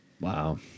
Wow